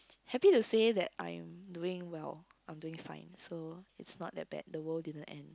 happy to say that I'm doing well I'm doing fine so it's not that bad the world didn't end